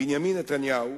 בנימין נתניהו,